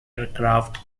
aircraft